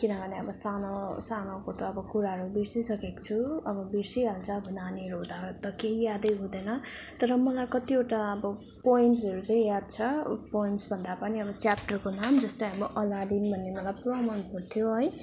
किनभने अब सानो सानोको त अब कुराहरू बिर्सिसकेको छु अब बिर्सिहाल्छ अब नानीहरू हुँदाखेरि त केही यादै हुँदैन तर मलाई कतिवटा अब पोएम्जहरू चाहिँ याद छ पोएम्ज भन्दा पनि अब च्याप्टरको नाम जस्तै अब अलादिन भन्ने मलाई पुरा मन पर्थ्यो है